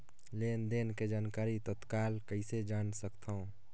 लेन देन के जानकारी तत्काल कइसे जान सकथव?